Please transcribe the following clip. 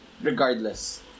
regardless